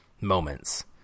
moments